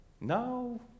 No